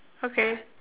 okay